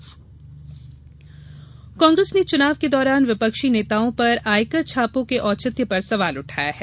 आनंद आरोप कांग्रेस ने चुनाव के दौरान विपक्षी नेताओं पर आयकर छापों के औचित्य पर सवाल उठाया है